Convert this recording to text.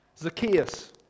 Zacchaeus